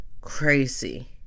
Crazy